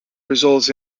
results